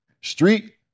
Street